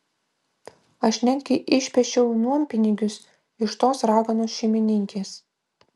aš netgi išpešiau nuompinigius iš tos raganos šeimininkės